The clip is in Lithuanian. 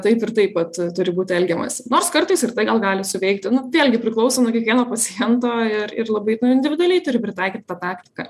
taip ir taip vat turi būt elgiamasi nors kartais ir tai gal gali suveikti nu vėlgi priklauso nuo kiekvieno paciento ir ir labai individualiai turi pritaikyt tą taktiką